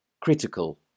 critical